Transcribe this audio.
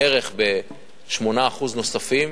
בערך ב-8% נוספים.